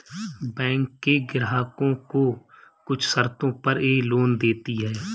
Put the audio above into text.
बैकें ग्राहकों को कुछ शर्तों पर यह लोन देतीं हैं